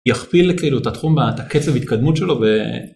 יכפיל את התחום, את הקצב וההתקדמות שלו.